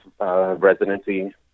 residency